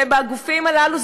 ובגופים הללו,